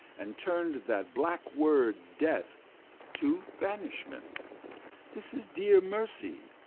and turn'd that black word death to banishment this is dear mercy,